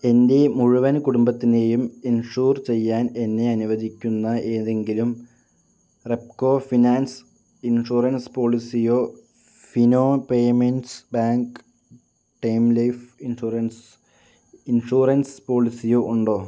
എൻ്റെ മുഴുവൻ കുടുംബത്തിനെയും ഇൻഷൂർ ചെയ്യാൻ എന്നെ അനുവദിക്കുന്ന ഏതെങ്കിലും റെപ്കോ ഫിനാൻസ് ഇൻഷുറൻസ് പോളിസിയോ Fino payments bank term life insurance insurance പോളിസിയോ ഉണ്ടോ